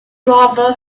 driver